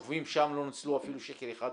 לא נוצל אפילו שקל אחד.